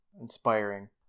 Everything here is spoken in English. inspiring